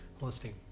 Hosting